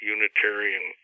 Unitarian